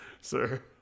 sir